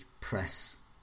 press